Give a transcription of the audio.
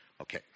Okay